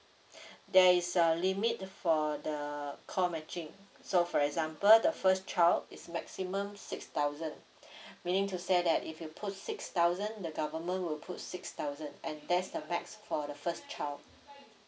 there is a limit for the co matching so for example the first child is maximum six thousand meaning to say that if you put six thousand the government will put six thousand and that's the max for the first child